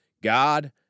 God